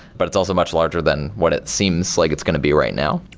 but it's also much larger than what it seems like it's going to be right now.